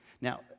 Now